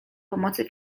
pomocy